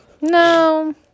No